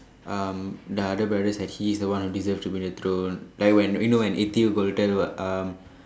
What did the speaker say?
um the other brothers that he is the one who deserve to be in the throne like when you know when Ethi gonna tell what um